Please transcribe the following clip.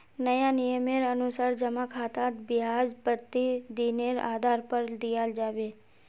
नया नियमेर अनुसार जमा खातात ब्याज प्रतिदिनेर आधार पर दियाल जाबे